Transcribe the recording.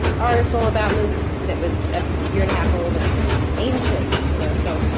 article about moocs that was a year and a half old, and it just seemed ancient. you know so